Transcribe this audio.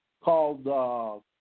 called